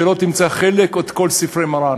שלא תמצא חלק או את כל ספרי מרן.